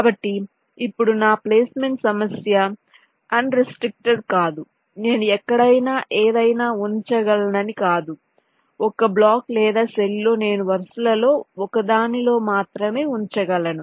కాబట్టి ఇప్పుడు నా ప్లేస్మెంట్ సమస్య అన్ రెస్ట్రిక్ట్డ్ కాదు నేను ఎక్కడైనా ఏదైనా ఉంచగలనని కాదు ఒక బ్లాక్ లేదా సెల్ లో నేను వరుసలలో ఒకదానిలో మాత్రమే ఉంచగలను